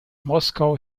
moskau